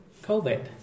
COVID